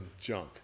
junk